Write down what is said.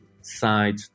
side